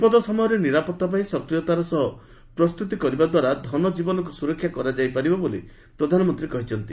ବିପଦ ସମୟରେ ନିରାପତ୍ତା ପାଇଁ ସକ୍ରିୟତାର ସହ ପ୍ରସ୍ତୁତି କରିବା ଦ୍ୱାରା ଧନଜୀବନକୁ ସୁରକ୍ଷା କରାଯାଇପାରେ ବୋଲି ପ୍ରଧାନମନ୍ତ୍ରୀ କହିଛନ୍ତି